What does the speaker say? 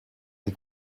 die